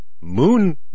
moon